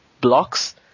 blocks